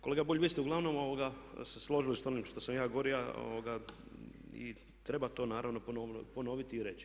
Kolega Bulj vi ste uglavnom se složili s onim što sam ja govorio i treba to naravno ponoviti i reći.